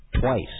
Twice